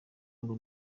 ngo